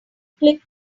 click